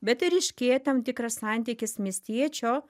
bet ir ryškėja tam tikras santykis miestiečio